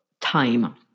time